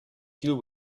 deal